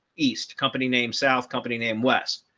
east company name, south company name west.